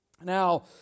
Now